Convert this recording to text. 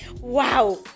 Wow